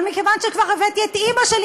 אבל מכיוון שכבר הבאתי את אימא שלי,